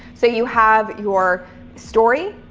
so you have your story,